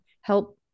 help